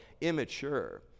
immature